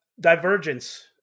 divergence